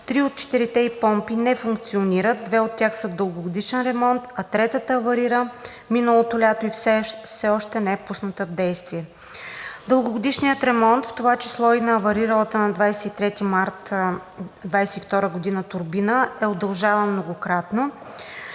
три от четирите ѝ помпи не функционират, две от тях са в дългогодишен ремонт, а третата аварира миналото лято и все още не е пусната в действие. Дългогодишният ремонт, в това число и на авариралата на 23 март 2022 г. турбина, е удължаван многократно.